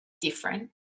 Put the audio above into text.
different